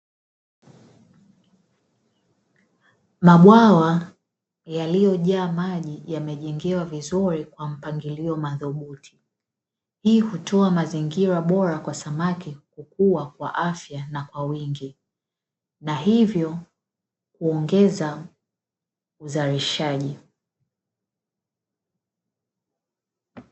Mabwawa yaliyojaa maji yamejengewa vizuri kwa mpangilio madhubuti, hii hutoa mazingira bora kwa samaki kukua kwa afya na kwa wingi na hivyo kuongeza uzalishaji.